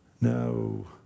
no